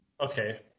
Okay